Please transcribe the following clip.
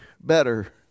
better